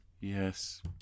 Yes